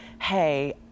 hey